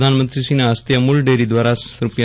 પ્રધાનમંત્રીક્રીના હસ્તે અમૂલ ડેરી દ્વારા રૂા